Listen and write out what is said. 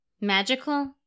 Magical